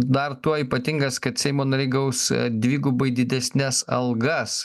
dar tuo ypatingas kad seimo nariai gaus dvigubai didesnes algas